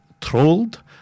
Trolled